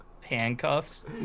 handcuffs